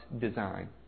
design